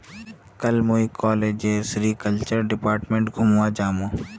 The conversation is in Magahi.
कल मुई कॉलेजेर सेरीकल्चर डिपार्टमेंट घूमवा जामु